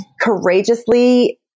courageously